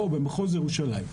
פה במחוז ירושלים.